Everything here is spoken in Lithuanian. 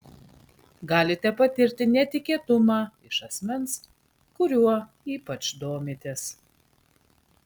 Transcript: galite patirti netikėtumą iš asmens kuriuo ypač domitės